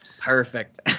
Perfect